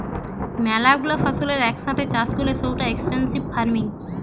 ম্যালা গুলা ফসলের এক সাথে চাষ করলে সৌটা এক্সটেন্সিভ ফার্মিং